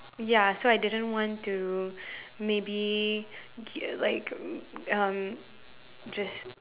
ya so I didn't want to maybe get like um just